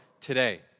today